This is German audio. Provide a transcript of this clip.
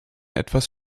etwas